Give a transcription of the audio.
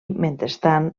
mentrestant